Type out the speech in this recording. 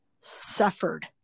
suffered